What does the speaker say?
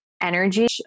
energy